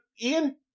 Ian